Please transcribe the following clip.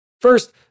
First